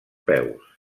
peus